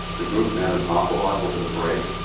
the group met an awful lot over the break.